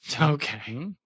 Okay